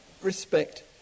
respect